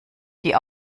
die